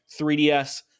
3DS